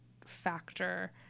factor